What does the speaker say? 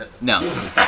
No